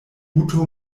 guto